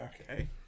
okay